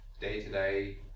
day-to-day